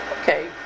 Okay